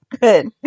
good